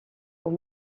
aux